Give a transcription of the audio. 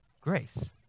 grace